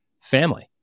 family